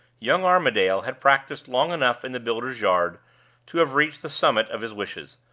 young armadale had practiced long enough in the builder's yard to have reached the summit of his wishes,